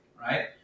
right